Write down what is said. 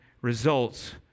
results